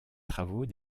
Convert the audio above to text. travaux